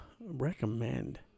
recommend